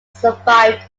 survived